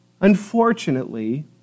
Unfortunately